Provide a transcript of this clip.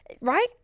right